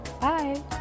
bye